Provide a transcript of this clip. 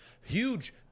Huge